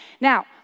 Now